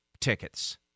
tickets